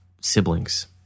siblings